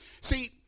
See